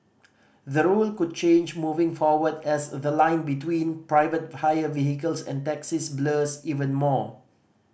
the rule could change moving forward as the line between private hire vehicles and taxis blurs even more